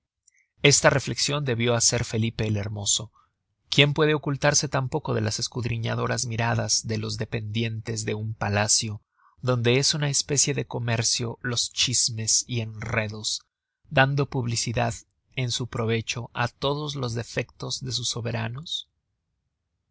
esta reflexion debió hacer felipe el hermoso quién puede ocultarse tampoco de las escudriñadoras miradas de los dependientes de un palacio donde es una especie de comercio los chismes y enredos dando publicidad en su provecho á todos los defectos de sus soberanos